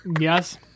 yes